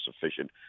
sufficient